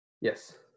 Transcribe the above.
Yes